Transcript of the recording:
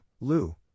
Lou